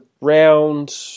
Round